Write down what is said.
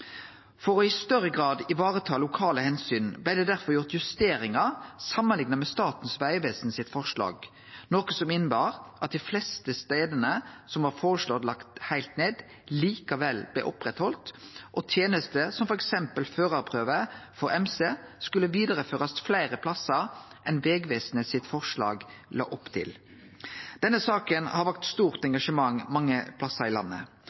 For i større grad å vareta lokale omsyn blei det derfor gjort justeringar samanlikna med forslaget frå Statens vegvesen, noko som innebar at dei fleste stadene som var føreslått lagde heilt ned, likevel blir oppretthaldne, og at tenester som f.eks. førarprøva for MC, skulle vidareførast fleire stader enn det forslaget frå Vegvesenet la opp til. Denne saka har vekt stort engasjement mange stader i landet.